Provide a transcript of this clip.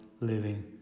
living